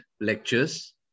lectures